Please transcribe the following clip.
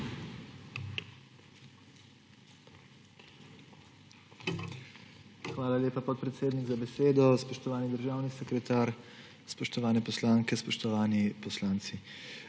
Hvala lepa, podpredsednik za besedo. Spoštovani državni sekretar, spoštovane poslanke, spoštovani poslanci!